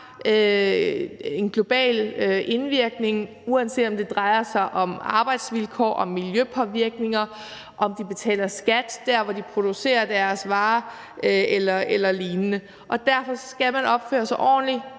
en global indvirkning, uanset om det drejer sig om arbejdsvilkår, om miljøpåvirkninger, om de betaler skat der, hvor de producerer deres varer eller lignende, og derfor skal man opføre sig ordentligt,